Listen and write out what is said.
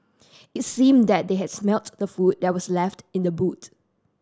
it seemed that they had smelt the food that was left in the boot